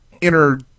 inner